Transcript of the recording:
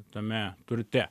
tame turte